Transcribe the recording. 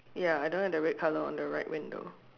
ya I don't have the red colour on the right window